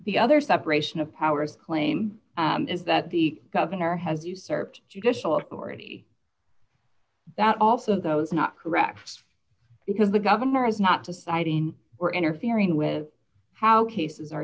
the other separation of powers claim is that the governor has usurped judicial authority that also those not correct because the governor is not to siding or interfering with how cases are